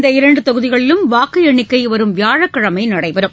இந்த இரண்டு தொகுதிகளிலும் வாக்கு எண்ணிக்கை வரும் வியாழக்கிழமை நடைபெறும்